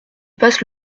passe